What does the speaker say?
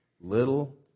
little